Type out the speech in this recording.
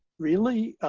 really?